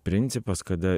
principas kada